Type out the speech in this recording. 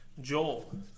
Joel